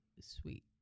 sweet